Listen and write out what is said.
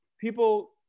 people